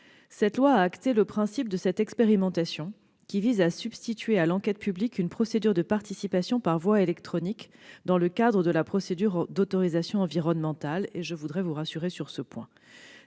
Cette loi a acté le principe d'une expérimentation visant à substituer à l'enquête publique une procédure de participation par voie électronique dans le cadre de la procédure d'autorisation environnementale. Je tiens à vous rassurer : cette